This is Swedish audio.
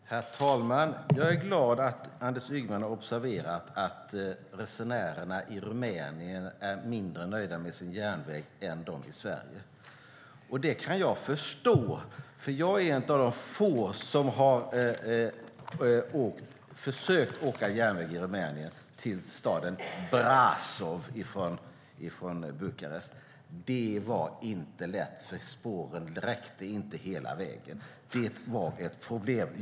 Herr talman! Jag är glad över att Anders Ygeman har observerat att resenärerna i Rumänien är mindre nöjda med sin järnväg än vi är i Sverige. Det kan jag förstå, för jag är en av de få som har försökt åka på järnväg i Rumänien, till staden Bra?ov från Bukarest. Det var inte lätt, för spåren räckte inte hela vägen. Det var ett problem.